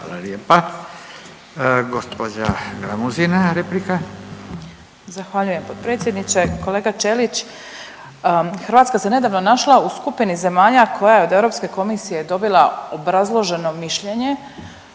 Katica (Socijaldemokrati)** Zahvaljujem potpredsjedniče. Kolega Ćelić, Hrvatska se nedavno našla u skupini zemalja koja je od Europske komisije dobila obrazloženo mišljenje